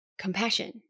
compassion